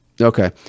Okay